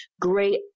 great